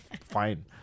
Fine